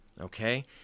Okay